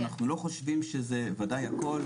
אנחנו לא חושבים שזה ודאי הכל,